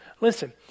Listen